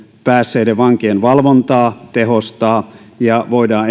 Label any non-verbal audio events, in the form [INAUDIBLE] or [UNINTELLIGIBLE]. päässeiden vankien valvontaa tehostaa ja voidaan [UNINTELLIGIBLE]